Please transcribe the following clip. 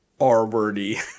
R-wordy